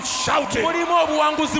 shouting